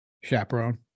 chaperone